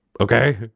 Okay